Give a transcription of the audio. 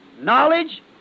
knowledge